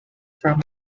from